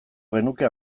genuke